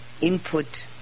input